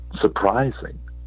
surprising